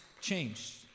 changed